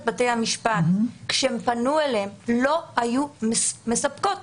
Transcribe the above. בתי המשפט כשהם פנו אליהם לא היו מספקות.